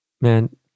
man